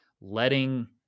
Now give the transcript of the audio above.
letting